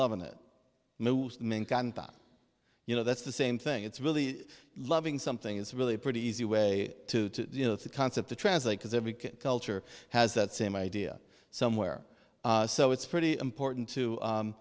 loving it you know that's the same thing it's really loving something it's really pretty easy way to you know it's a concept to translate because every culture has that same idea somewhere so it's pretty important to